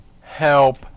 Help